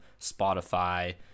Spotify